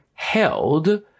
held